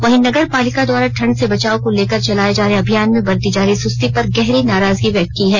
वही नगर पालिका द्वारा ठंड से बचाव को ले चलाए जा रहे अभियान में बरती जा रहे सुस्ती पर गहरी नाराजगी व्यक्त किया है